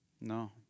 No